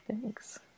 thanks